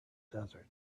desert